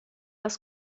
das